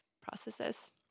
processes